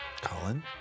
Colin